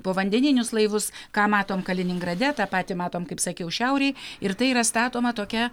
povandeninius laivus ką matom kaliningrade tą patį matom kaip sakiau šiaurėj ir tai yra statoma tokia